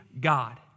God